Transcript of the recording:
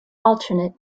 alternate